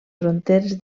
fronteres